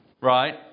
right